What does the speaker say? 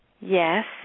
Yes